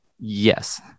Yes